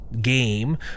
game